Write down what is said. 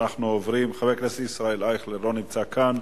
חבר הכנסת ישראל אייכלר, לא נמצא כאן.